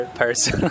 person